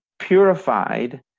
Purified